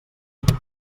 vingui